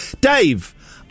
Dave